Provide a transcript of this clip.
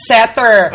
Setter